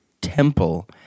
Temple